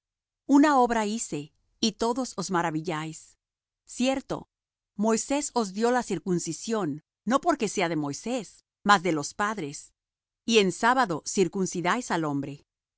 una obra hice y todos os maravilláis cierto moisés os dió la circuncisión no porque sea de moisés mas de los padres y en sábado circuncidáis al hombre